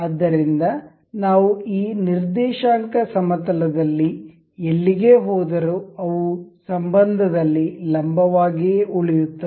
ಆದ್ದರಿಂದ ನಾವು ಈ ನಿರ್ದೇಶಾಂಕ ಸಮತಲದಲ್ಲಿ ಎಲ್ಲಿಗೆ ಹೋದರೂ ಅವು ಸಂಬಂಧದಲ್ಲಿ ಲಂಬವಾಗಿ ಉಳಿಯುತ್ತವೆ